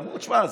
אמרו: תשמע,